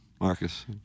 Marcus